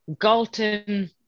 Galton